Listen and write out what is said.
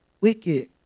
wicked